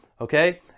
Okay